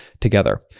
together